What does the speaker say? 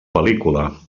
pel·lícula